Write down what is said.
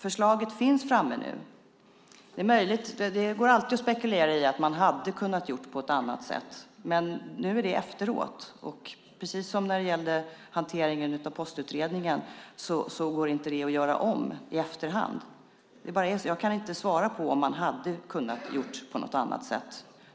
Förslaget finns nu framtaget, och det går alltid att spekulera i att man hade kunnat göra på ett annat sätt. Men nu är det gjort, och precis som i hanteringen av Postutredningen går det inte att göra om i efterhand. Det bara är så. Jag kan inte svara på om man hade kunnat göra på något annat sätt.